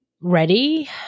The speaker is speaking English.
ready